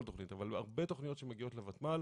תכנית אבל הרבה תכניות שמגיעות לוותמ"ל